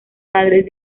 padres